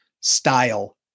style